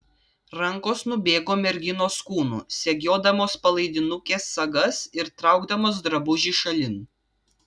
rankos nubėgo merginos kūnu segiodamos palaidinukės sagas ir traukdamos drabužį šalin